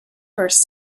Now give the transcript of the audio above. first